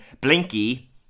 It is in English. Blinky